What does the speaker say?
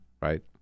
right